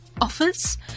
office